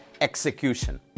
execution